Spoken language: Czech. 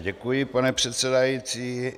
Děkuji, pane předsedající.